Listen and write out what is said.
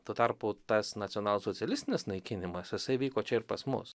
tuo tarpu tas nacionalsocialistinis naikinimas jisai vyko čia ir pas mus